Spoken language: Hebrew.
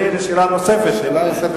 הידע והמכשור